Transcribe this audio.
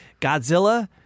Godzilla